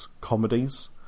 comedies